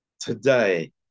today